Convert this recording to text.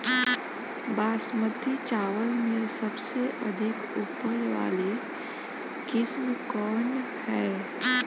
बासमती चावल में सबसे अधिक उपज वाली किस्म कौन है?